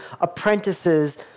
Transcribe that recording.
apprentices